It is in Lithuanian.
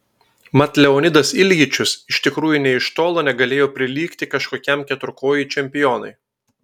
mat leonidas iljičius iš tikrųjų nė iš tolo negalėjo prilygti kažkokiam keturkojui čempionui